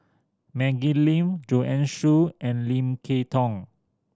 Maggie Lim Joanne Soo and Lim Kay Tong